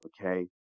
okay